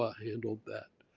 ah handled that.